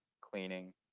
cleaning